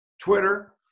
Twitter